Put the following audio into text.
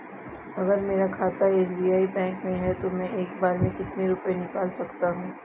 अगर मेरा खाता एस.बी.आई बैंक में है तो मैं एक बार में कितने रुपए निकाल सकता हूँ?